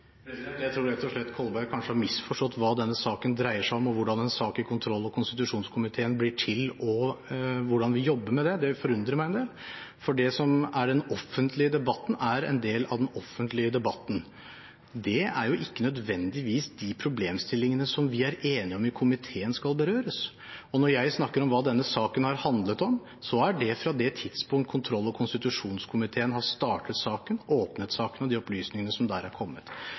Jeg tror rett og slett Kolberg kanskje har misforstått hva denne saken dreier seg om, og hvordan en sak i kontroll- og konstitusjonskomiteen blir til, og hvordan vi jobber med det. Det forundrer meg en del. Det som er den offentlige debatten, er en del av den offentlige debatten. Det er ikke nødvendigvis de problemstillingene som vi er enige om i komiteen skal berøres. Når jeg snakker om hva denne saken har handlet om, er det fra det tidspunkt kontroll- og konstitusjonskomiteen har startet saken, åpnet saken, og de opplysningene som der har kommet.